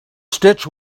stitch